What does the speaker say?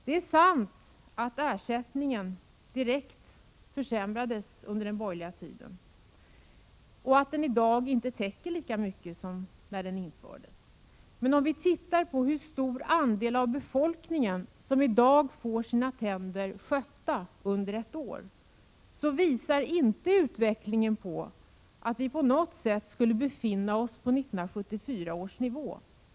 Det är sant att ersättningen direkt försämrades under den borgerliga regeringstiden och att den i dag inte täcker lika mycket som då den infördes. Men om vi tittar på hur stor andel av befolkningen som nu får sina tänder skötta under ett år, så visar inte utvecklingen att vi på något sätt skulle befinna oss på 1974 års nivå då det gäller tandvård.